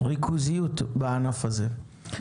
מהריכוזיות בענף הזה.